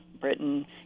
Britain